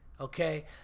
Okay